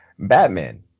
Batman